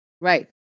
Right